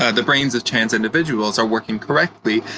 ah the brains of trans individuals are working correctly,